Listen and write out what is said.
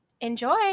Enjoy